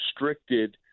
restricted